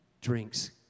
drinks